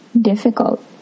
difficult